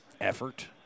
effort